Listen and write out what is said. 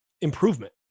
improvement